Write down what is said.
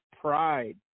pride